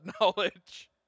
knowledge